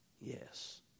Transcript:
Yes